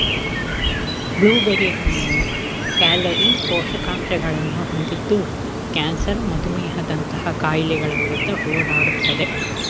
blue berry ಹಣ್ಣು calorie, ಪೋಷಕಾಂಶಗಳನ್ನು ಹೊಂದಿದ್ದು ಕ್ಯಾನ್ಸರ್ ಮಧುಮೇಹದಂತಹ ಕಾಯಿಲೆಗಳ ವಿರುದ್ಧ ಹೋರಾಡುತ್ತದೆ